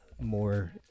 More